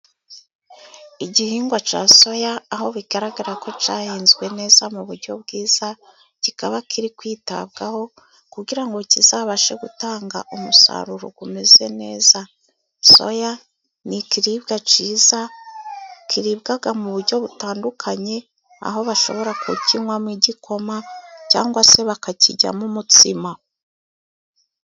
Igihingwa cya soya aho bigaragara ko cyahinzwe neza mu buryo bwiza, kikaba kiri kwitabwaho kugira ngo kizabashe gutanga umusaruro umeze neza. Soya ni ikiribwa kiza kiribwa mu buryo butandukanye, aho bashobora kukinywamo igikoma, cyangwa se bakakiryamo umutsima.